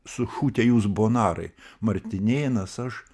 sušutę jūs bonarai martinėnas aš